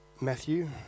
Matthew